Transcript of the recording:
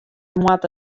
moat